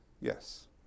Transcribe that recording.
Yes